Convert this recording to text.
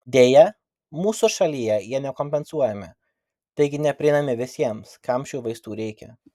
deja mūsų šalyje jie nekompensuojami taigi neprieinami visiems kam šių vaistų reikia